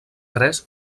tres